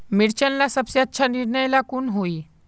मिर्चन ला सबसे अच्छा निर्णय ला कुन होई?